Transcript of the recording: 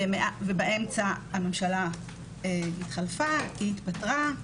ובאמצע הממשלה התחלפה, היא התפטרה.